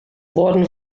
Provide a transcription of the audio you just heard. worden